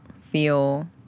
feel